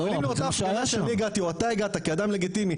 אבל אם לאותה הפגנה שאני הגעתי או שאתה הגעתה כאדם לגיטימי,